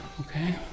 Okay